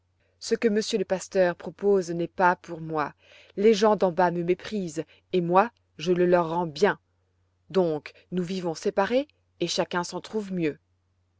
ce que monsieur le pasteur propose n'est pas pour moi les gens d'en bas me méprisent et moi je le leur rends bien donc nous vivons séparés et chacun s'en trouve mieux